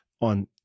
on